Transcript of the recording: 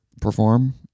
perform